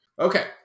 Okay